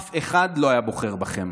אף אחד לא היה בוחר בכם,